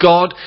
God